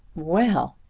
well!